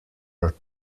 are